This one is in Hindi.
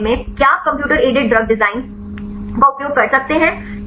इस मामले में क्या आप कंप्यूटर एडेड ड्रैग डिजाइन का उपयोग कर सकते हैं